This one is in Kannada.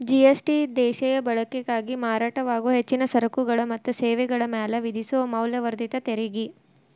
ಜಿ.ಎಸ್.ಟಿ ದೇಶೇಯ ಬಳಕೆಗಾಗಿ ಮಾರಾಟವಾಗೊ ಹೆಚ್ಚಿನ ಸರಕುಗಳ ಮತ್ತ ಸೇವೆಗಳ ಮ್ಯಾಲೆ ವಿಧಿಸೊ ಮೌಲ್ಯವರ್ಧಿತ ತೆರಿಗಿ